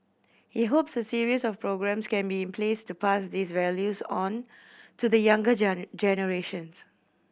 he hopes a series of programmes can be in place to pass these values on to the younger generation